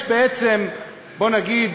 יש בעצם, בוא נגיד,